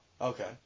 Okay